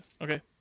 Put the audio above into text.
Okay